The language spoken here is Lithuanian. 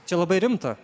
čia labai rimta